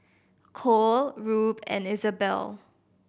Cole Rube and Izabelle